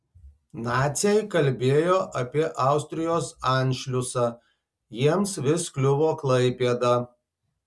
naciai kalbėjo apie austrijos anšliusą jiems vis kliuvo klaipėda